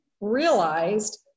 realized